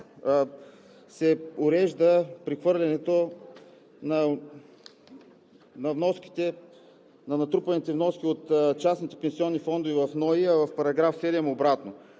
се урежда прехвърлянето на натрупаните вноски от частните пенсионни фондове в НОИ, а в § 7 е обратното.